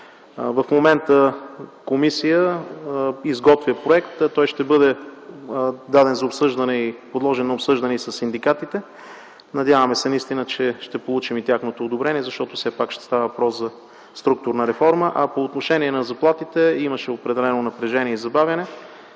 В момента комисия изготвя проекта и той ще бъде даден за обсъждане и подложен на обсъждане със синдикатите. Надяваме се наистина, че ще получим и тяхното одобрение, защото все пак ще става въпрос за структурна реформа. По отношение на заплатите, имаше определено напрежение и забавяне.